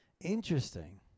Interesting